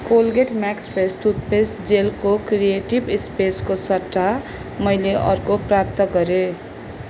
Colgate max fresh toothpaste जेलको creative स्पेसको सट्टा मैले अर्को प्राप्त गरेँ